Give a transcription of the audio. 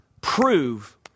prove